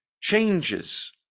changes